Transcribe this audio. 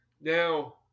Now